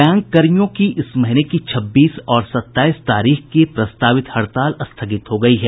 बैंककर्मियों की इस महीने की छब्बीस और सत्ताईस तारीख की प्रस्तावित हड़ताल स्थगित हो गयी है